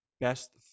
best